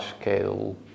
scale